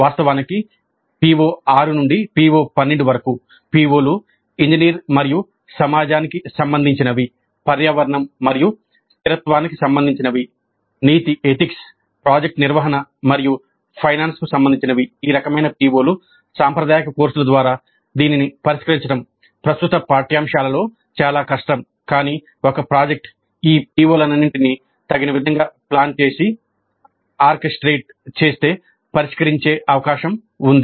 వాస్తవానికి PO6 నుండి PO12 వరకు PO లు ఇంజనీర్ మరియు సమాజానికి సంబంధించినవి పర్యావరణం మరియు స్థిరత్వానికి సంబంధించినవి నీతి చేస్తే పరిష్కరించే అవకాశం ఉంది